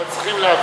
אבל צריכים להבין,